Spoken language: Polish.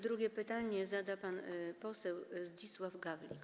Drugie pytanie zada pan poseł Zdzisław Gawlik.